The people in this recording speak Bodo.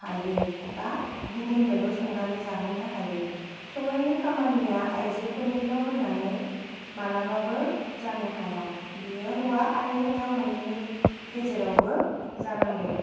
बा गुबुननोबो संनानै जाहोनो हायो संनायनि खामानिया आयजोफोरनिल' होननानै मालाबाबो जानो हाया बेयो हौवा आरो हिनजाव मोननैनि गेजेरावबो जानांगौ